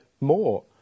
more